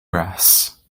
brass